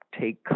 take